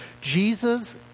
Jesus